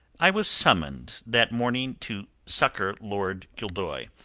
i was summoned that morning to succour lord gildoy,